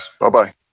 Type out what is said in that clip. bye-bye